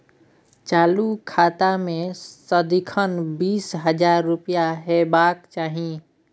चालु खाता मे सदिखन बीस हजार रुपैया हेबाक चाही